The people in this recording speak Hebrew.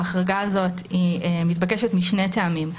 ההחרגה הזאת מתבקשת משני טעמים: